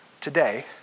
today